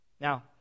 Now